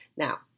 Now